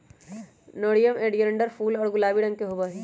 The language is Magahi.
नेरियम ओलियंडर फूल हैं जो गुलाबी रंग के होबा हई